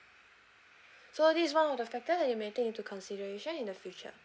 so this is one of the factor that you may take into consideration in the future